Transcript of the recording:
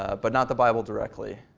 ah but not the bible directly.